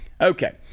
Okay